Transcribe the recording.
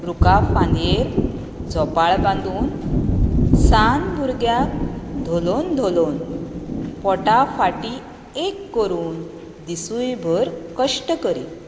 रूखाक खांदयेक झोपाळ बांदून सान भुरग्याक धोलोन धोलोन पोट फाटी एक कोरून दिसूय भर कश्ट करी